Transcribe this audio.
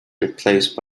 replaced